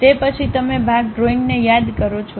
તે પછી તમે ભાગ ડ્રોઇંગને યાદ કરો છો